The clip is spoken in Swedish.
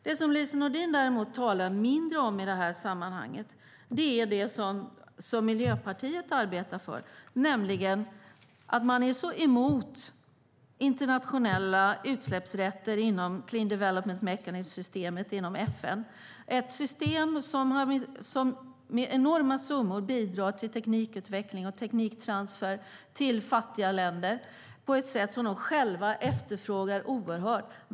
Det som Lise Nordin däremot talar mindre om i det här sammanhanget är det som Miljöpartiet arbetar för. Man är nämligen emot internationella utsläppsrätter inom Clean Development Mechanism-systemet i FN. Det är ett system som med enorma summor bidrar till teknikutveckling och tekniktransfer till fattiga länder på ett sätt som de själva efterfrågar.